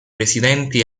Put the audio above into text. presidenti